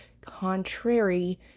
contrary